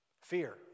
Fear